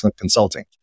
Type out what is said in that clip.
consulting